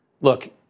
look